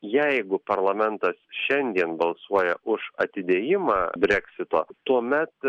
jeigu parlamentas šiandien balsuoja už atidėjimą breksito tuomet